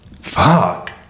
fuck